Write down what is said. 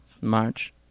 March